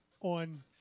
on